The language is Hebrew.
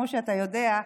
כמו שאתה יודע,